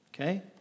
Okay